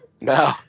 No